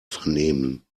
vernehmen